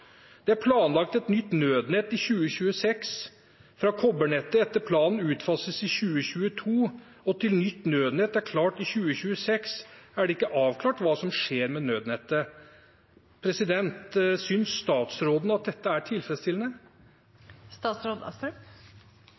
det dødt. Det er planlagt et nytt nødnett i 2026. Fra kobbernettet etter planen utfases i 2022 til nytt nødnett er klart i 2026, er det ikke avklart hva som skjer med nødnettet. Synes statsråden dette er tilfredsstillende?